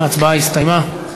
ההצבעה הסתיימה.